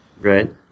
Right